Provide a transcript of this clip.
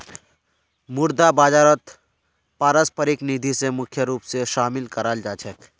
मुद्रा बाजारत पारस्परिक निधि स मुख्य रूप स शामिल कराल जा छेक